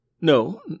no